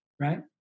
right